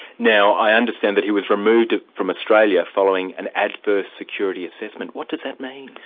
now i understand that he was removed from australia following an adverse security assessment what does that mean?